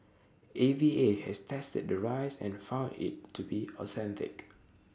A V A has tested the rice and found IT to be authentic